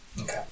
Okay